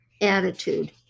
attitude